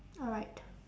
alright